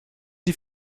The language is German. die